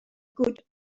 good